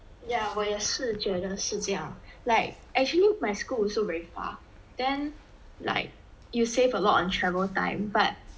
yeah 我也是觉得是这样 like actually my school also very far then like you save a lot on travel time but